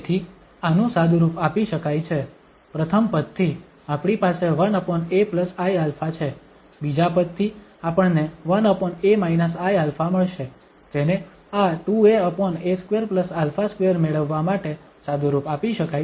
તેથી આનુ સાદુરૂપ આપી શકાય છે પ્રથમ પદથી આપણી પાસે 1aiα છે બીજા પદથી આપણને 1a iα મળશે જેને આ 2aa2α2 મેળવવા માટે સાદુરૂપ આપી શકાય છે